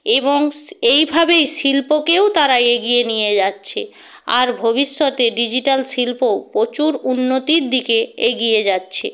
এবং এইভাবেই শিল্পকেও তারা এগিয়ে নিয়ে যাচ্ছে আর ভবিষ্যতে ডিজিটাল শিল্প প্রচুর উন্নতির দিকে এগিয়ে যাচ্ছে